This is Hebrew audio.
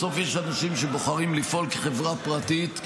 בסוף יש אנשים שבוחרים לפעול כחברה פרטית,